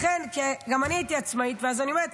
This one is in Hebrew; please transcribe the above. לכן, כי גם אני הייתי עצמאית, אז אני אומרת: